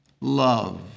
love